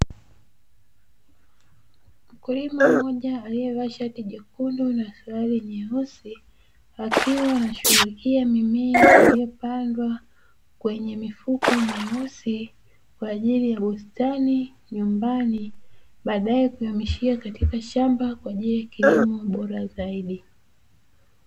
Mkulima mmoja aliyevaa shati jekundu na suruali nyeusi, akiwa anashughulikia mimea iliyopandwa kwenye mifuko meusi, kwa ajili ya bustani nyumbani, baadae kuihamishia katika shamba kwa ajili ya kilimo bora zaidi.